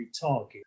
target